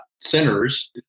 centers